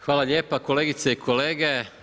Hvala lijepa kolegice i kolege.